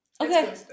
okay